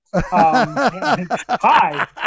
Hi